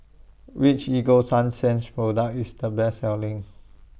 Which Ego Sunsense Product IS The Best Selling